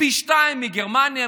פי שניים מגרמניה,